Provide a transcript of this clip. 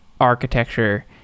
architecture